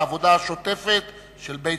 בעבודה השוטפת של בית-המחוקקים.